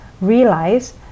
realize